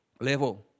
level